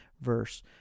verse